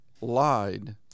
lied